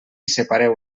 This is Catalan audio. separeu